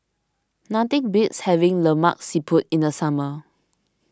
nothing beats having Lemak Siput in the summer